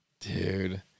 Dude